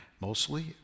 mostly